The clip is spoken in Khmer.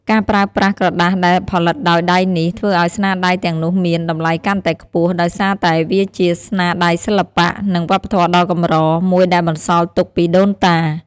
ការប្រើប្រាស់ក្រដាសដែលផលិតដោយដៃនេះ ធ្វើឱ្យស្នាដៃទាំងនោះមាន តម្លៃកាន់តែខ្ពស់ ដោយសារតែវាជា ស្នាដៃសិល្បៈ និងវប្បធម៌ដ៏កម្រ មួយដែលបន្សល់ទុកពីដូនតា។